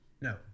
no